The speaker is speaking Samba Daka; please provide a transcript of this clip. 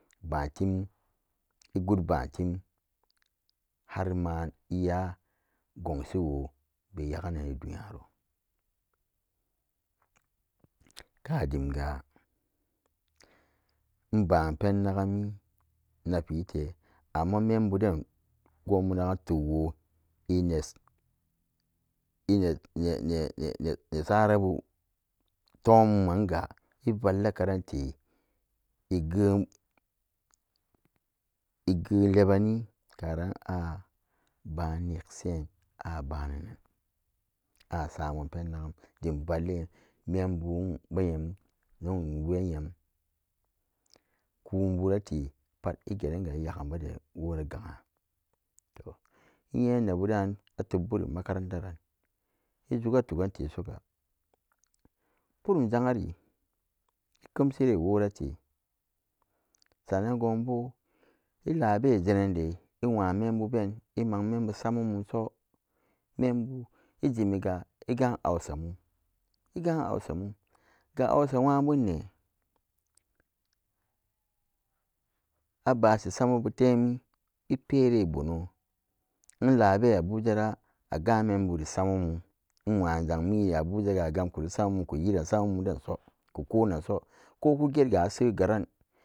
Bantim i good bantim har maniya gun shiwo be xagannen a duniyaro ka dem ga imba penna gammi nakte amma membu den gonbu na gan tok wo insye nye nye nasarabu tom mumanga ivalla karan te igenbu igenlebani karan ban neksen aban asamanpen dem vallin membu nyo bu nyam kokbu yan konbura te pat igeran ga iya ganade wo to inyene budan tok buri makarantaran izuga tokgan te suga purum zannyari ikemshire worate sannan gunbu ilabe zannan de inwan menbu ben iswokmamumsu membu ijemiga igam hausamun ga hausa bonyaben ne abashi samabutemi iperebune nare abuja ra agammin buri samun ingwazam mira abuja agam ko re samamum kuyiran samamum den kokonnan so kobe ga se garan,